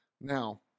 Now